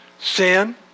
Sin